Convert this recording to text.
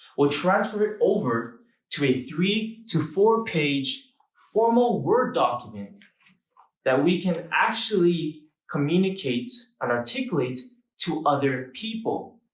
we'll transfer it over to a three to four-page formal word document that we can actually communicate and articulate to other people.